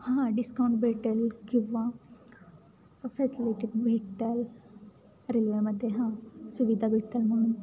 हां डिस्काउंट भेटेल किंवा फॅसिलिटी भेटतील रेल्वेमध्ये हां सुविधा भेटतील म्हणून